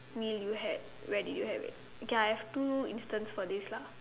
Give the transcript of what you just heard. meal you had where did you have it okay I got two instance for this lah